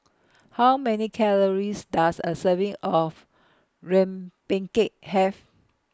How Many Calories Does A Serving of Rempeyek Have